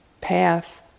path